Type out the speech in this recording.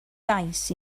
gais